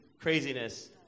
Craziness